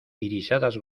irisadas